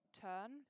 turn